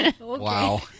Wow